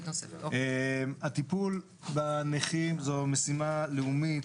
הטיפול בנכים זו משימה לאומית.